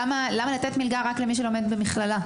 למה לתת מלגה רק למי שלומד במכללה?